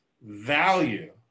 value